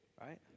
right